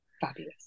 Fabulous